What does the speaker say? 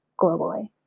globally